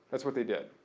that's what they did.